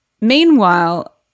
Meanwhile